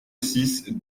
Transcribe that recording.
six